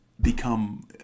become